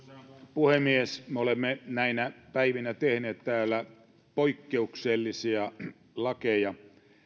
puhemies me olemme näinä päivinä tehneet täällä poikkeuksellisia lakeja